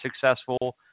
successful